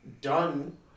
done